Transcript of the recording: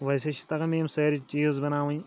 ویسے چھِ تَگان مےٚ یِم سٲری چیٖز بَناوٕنۍ